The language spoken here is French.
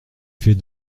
fait